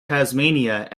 tasmania